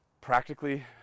practically